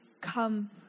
come